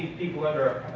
people under,